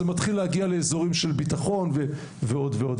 זה מתחיל להגיע לאזורים של ביטחון ועוד ועוד,